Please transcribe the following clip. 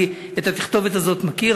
את התכתובת הזאת אני מכיר,